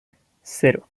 cero